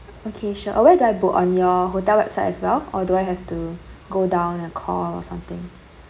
okay sure uh where do I book on your hotel website as well or do I have to go down and call or something